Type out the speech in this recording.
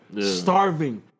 starving